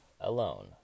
alone